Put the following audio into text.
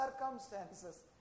circumstances